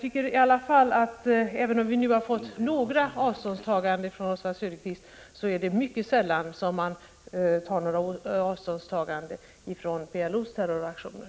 Även om Oswald Söderqvist nu på några punkter tagit avstånd från PLO, är det mycket sällan man får höra vpk ta avstånd från PLO:s terroraktioner.